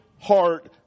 heart